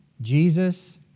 Jesus